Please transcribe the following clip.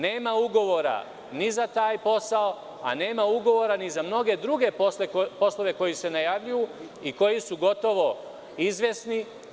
Nema ugovora ni za taj posao, a nema ugovora ni za mnoge druge poslove koji se najavljuju i koji su gotovo izvesni.